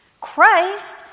Christ